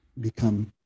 become